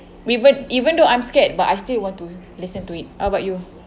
even even though I'm scared but I still want to listen to it how about you